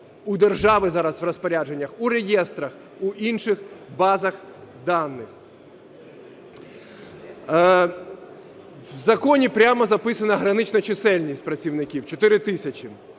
у держави зараз у розпорядженнях, у реєстрах, в інших базах даних. В законі прямо записана гранична чисельність працівників – 4 тисячі.